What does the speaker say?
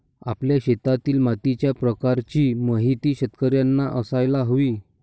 आपल्या शेतातील मातीच्या प्रकाराची माहिती शेतकर्यांना असायला हवी